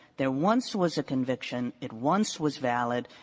there once was a conviction, it once was valid,